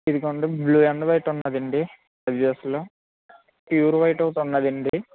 ఇదిగోండి blue and white ఉంది అండి అడిదాస్లో ప్యూర్ వైట్ ఒకటి ఉంది అండి